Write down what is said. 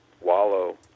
wallow